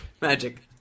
Magic